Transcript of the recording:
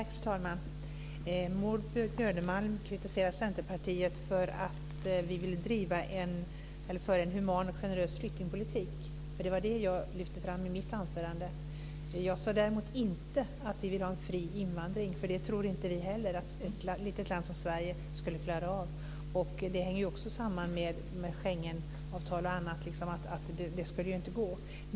Fru talman! Maud Björnemalm kritiserar Centerpartiet för att vi för en human och generös flyktingpolitik. Det var det jag lyfte fram i mitt anförande. Jag sade däremot inte att vi vill ha en fri invandring. Vi tror inte heller att ett litet land som Sverige skulle klara av det. Det hänger också samman med Schengenavtal och annat. Det skulle inte gå.